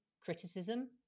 criticism